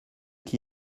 qui